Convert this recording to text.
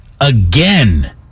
again